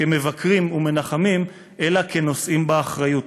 כמבקרים ומנחמים, אלא כנושאים באחריות.